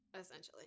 essentially